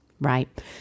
Right